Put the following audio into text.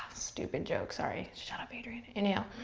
stupid joke, sorry. shut up, adriene. inhale.